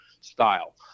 style